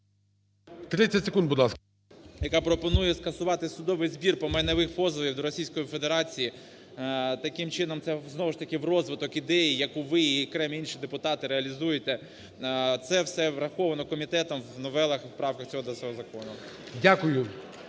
30 секунд, будь ласка. ВІННИК І.Ю. …яка пропонує скасувати судовий збір по майнових позовів до Російської Федерації. Таким чином, це знову ж таки в розвиток ідеї яку ви і окремі інші депутати реалізуєте. Це все враховано комітетом в новелах і в правках цього до цього закону.